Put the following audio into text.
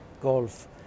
golf